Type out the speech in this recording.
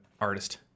artist